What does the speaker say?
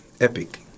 epic